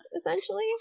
essentially